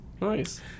Nice